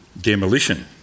demolition